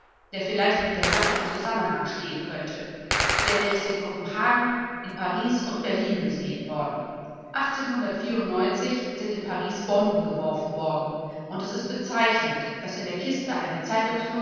der vielleicht mit der sache in zusammenhang stehen könnte denn er ist in kopenhagen in paris und berlin gesehen worden sind in paris bomben geworfen worden und es ist bezeichnend daß in der kiste eine